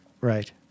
Right